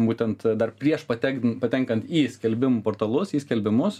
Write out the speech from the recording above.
būtent dar prieš patekd patenkant į skelbimų portalus į skelbimus